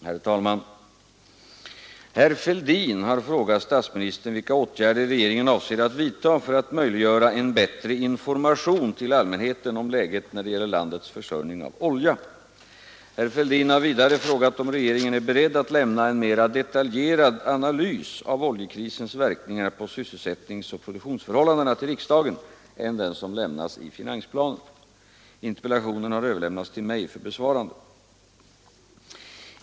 Herr talman! Herr Fälldin har frågat statsministern vilka åtgärder regeringen avser att vidta för att möjliggöra en bättre information till allmänheten om läget när det gäller landets försörjning av olja. Herr Fälldin har vidare frågat om regeringen är beredd att lämna en mera detaljerad analys av oljekrisens verkningar på sysselsättningsoch produktionsförhållandena till riksdagen än den som lämnas i finansplanen. Interpellationen har överlämnats till mig för besvarande.